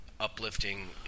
Uplifting